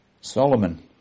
Solomon